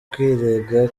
kwirega